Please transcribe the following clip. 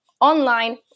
online